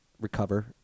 recover